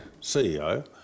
CEO